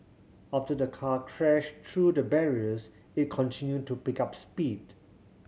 after the car crashed through the barriers it continued to pick up speed